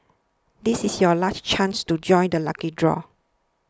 this is your last chance to join the lucky draw